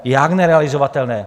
Jak nerealizovatelné?